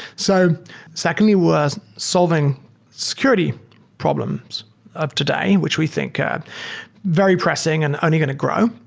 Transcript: so secondly, we're solving security problems of today, which we think are very pressing and only going to grow.